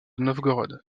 novgorod